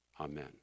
Amen